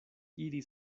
iri